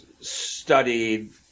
studied